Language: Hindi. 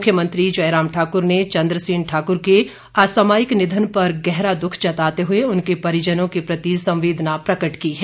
मुख्यमंत्री जयराम ठाकुर ने चंद्र सेन ठाकुर के असामायिक निधन पर गहरा दुख जताते हुए उनके परिजनों के प्रति संवेदना प्रकट की है